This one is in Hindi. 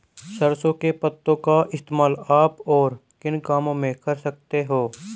सरसों के पत्तों का इस्तेमाल आप और किन कामों में कर सकते हो?